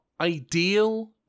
ideal